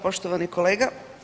Poštovani kolega.